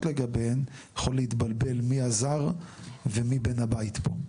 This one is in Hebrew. לגביהם יכול להתבלבל מי הזר ומי בן הבית פה,